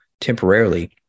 temporarily